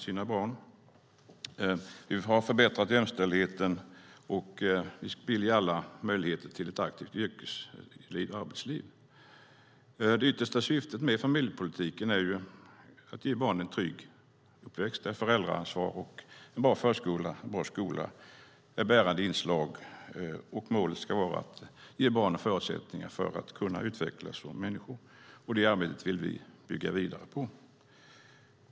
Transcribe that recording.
Vi har förbättrat jämställdheten, och vi vill ge alla möjligheter till ett aktivt arbetsliv. Det yttersta syftet med familjepolitiken är att ge barnen en trygg uppväxt där föräldraansvar, en bra förskola och en bra skola är bärande inslag. Målet ska vara att ge barnen förutsättningar att utvecklas som människor. Det arbetet vill vi bygga vidare på.